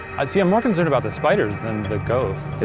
ah see, i'm more concerned about the spiders than the ghosts.